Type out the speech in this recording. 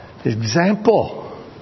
Example